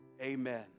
amen